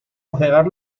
ofegar